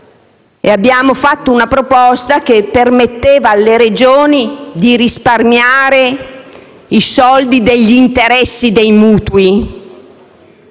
denaro, una nostra proposta che permetteva alle Regioni di risparmiare i soldi degli interessi dei mutui